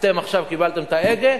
אתם עכשיו קיבלתם את ההגה,